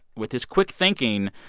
with his quick thinking,